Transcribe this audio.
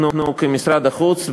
אנחנו במשרד החוץ,